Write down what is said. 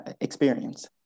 experience